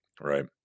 Right